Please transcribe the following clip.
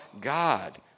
God